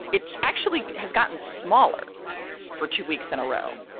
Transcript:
it actually has gotten smaller for two weeks in a row.